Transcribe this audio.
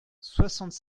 soixante